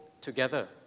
together